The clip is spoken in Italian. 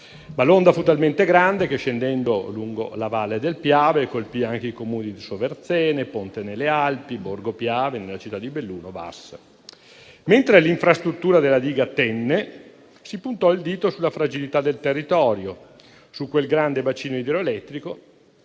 L'onda fu però talmente grande che, scendendo lungo la valle del Piave, colpì anche i Comuni di Soverzene, Ponte nelle Alpi, Borgo Piave nella città di Belluno, e Vas. Mentre l'infrastruttura della diga tenne, si puntò il dito sulla fragilità del territorio, su quel grande bacino idroelettrico,